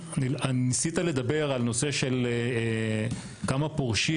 ניסית לדבר על נושא של כמה פורשים,